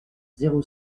zéro